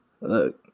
Look